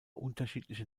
unterschiedliche